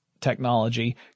technology